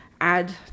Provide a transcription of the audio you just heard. add